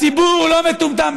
הציבור לא מטומטם,